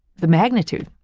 the magnitude,